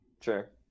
Sure